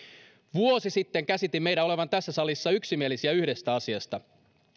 vuosi sitten käsitin meidän olevan tässä salissa yksimielisiä yhdestä asiasta